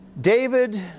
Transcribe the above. David